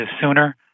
sooner